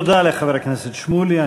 תודה לחבר הכנסת שמולי.